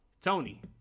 Tony